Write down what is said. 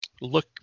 look